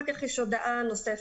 אחר כך יש הודעה נוספת,